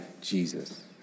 Jesus